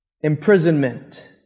imprisonment